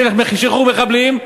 של שחרור מחבלים,